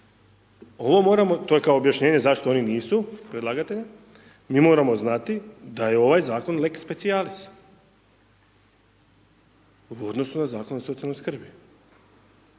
Ovo moramo, to je kao objašnjenje zašto oni nisu predlagatelja, mi moramo znati da je ovaj Zakon lex specialis, ovo u odnosu na Zakon o socijalnoj skrbi.